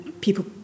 people